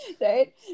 right